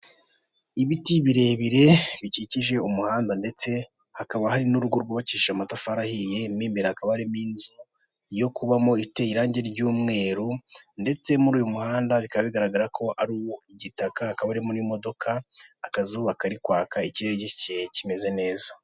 Ibiti birebire bikikije umuhanda ndetse hakaba hari n'urugo rw'ubakishije amatafari ahiye, mo imbere hakaba harimo inzu yo kubamo iteye irange ry'umweru ndetse muri uyu muhanda bikaba bigaragara ko ari uwo igitaka hakaba harimo n'imodoka, akazuba kari kwaka ikirere gikeye kimeze neza.